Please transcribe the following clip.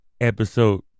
Episode